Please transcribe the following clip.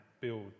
build